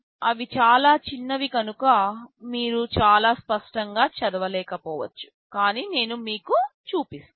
అవి చాలా చిన్నవి కనుక మీరు చాలా స్పష్టంగా చదవలేకపోవచ్చు కాని నేను మీకు చెప్తాను